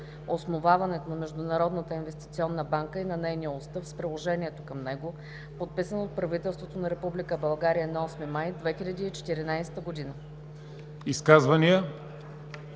основаването на Международната инвестиционна банка и на нейния устав с приложението към него, подписан от правителството на Република България